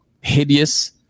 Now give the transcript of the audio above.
hideous